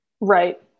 Right